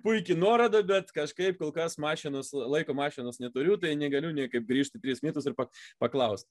puiki nuoroda bet kažkaip kol kas mašinos laiko mašinos neturiu tai negaliu niekaip grįžt prieš metus ir pa paklaust